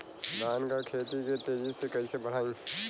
धान क खेती के तेजी से कइसे बढ़ाई?